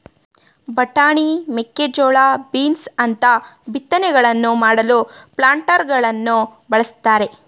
ಬಟಾಣಿ, ಮೇಕೆಜೋಳ, ಬೀನ್ಸ್ ಅಂತ ಬಿತ್ತನೆಗಳನ್ನು ಮಾಡಲು ಪ್ಲಾಂಟರಗಳನ್ನು ಬಳ್ಸತ್ತರೆ